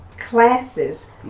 Classes